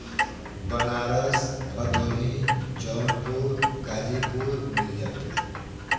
Banaras Bhadohi Jaunpur Ghazipur Mirzapur